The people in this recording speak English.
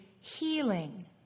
healing